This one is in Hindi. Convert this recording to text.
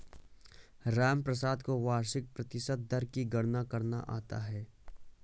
रामप्रसाद को वार्षिक प्रतिशत दर की गणना करना आता है